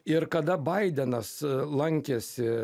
ir kada baidenas lankėsi